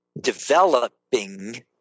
developing